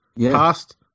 past